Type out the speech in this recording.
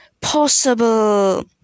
possible